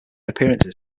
appearances